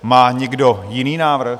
Má někdo jiný návrh?